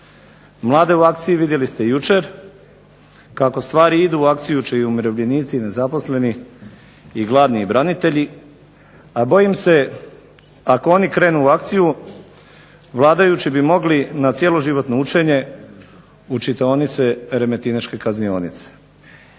Mlade u akciji vidjeli ste jučer, kako stvari idu u akciju će i umirovljenici i nezaposleni, i gladni i branitelji, a bojim se ako oni krenu u akciju vladajuće bi mogli na cjeloživotno učenje u čitaonice remetinečke kaznionice.